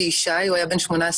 שי, הוא היה בן 18.5,